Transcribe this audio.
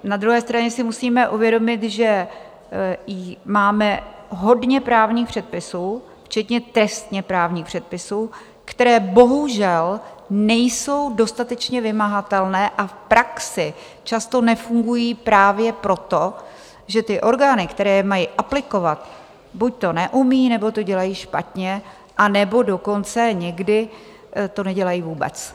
Na druhé straně si musíme uvědomit, že máme hodně právních předpisů, včetně trestněprávních předpisů, které bohužel nejsou dostatečně vymahatelné, a v praxi často nefungují právě proto, že ty orgány, které je mají aplikovat, buď to neumí, nebo to dělají špatně, anebo dokonce někde to nedělají vůbec.